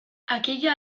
aquella